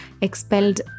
expelled